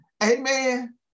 Amen